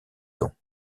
dons